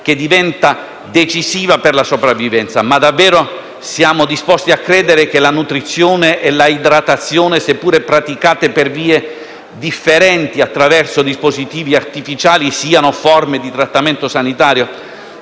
che diventa decisiva per la sopravvivenza. Ma davvero siamo disposti a credere che nutrizione e idratazione, seppure praticate per vie differenti attraverso dispositivi artificiali, siano forme di trattamento sanitario?